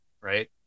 right